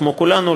כמו כולנו,